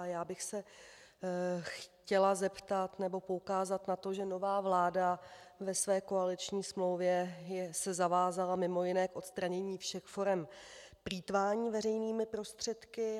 Já bych se chtěla zeptat, nebo poukázat na to, že se nová vláda ve své koaliční smlouvě zavázala mimo jiné k odstranění všech forem plýtvání veřejnými prostředky.